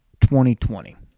2020